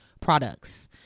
products